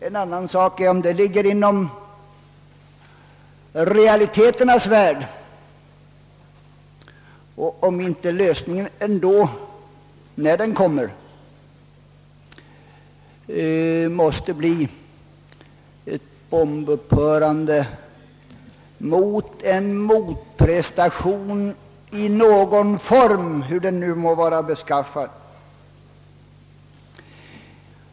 En annan sak är om detta ligger inom realiteternas värld och om inte lösningen ändå, när den kommer, måste bli ett bombupphörande mot en motprestation i någon form — hur denna nu än må vara beskaffad.